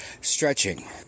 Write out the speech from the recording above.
Stretching